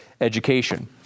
education